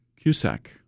Cusack